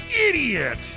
idiot